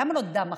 למה לא דם אחיך?